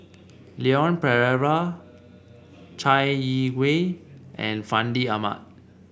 Leon Perera Chai Yee Wei and Fandi Ahmad